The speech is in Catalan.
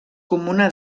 comuna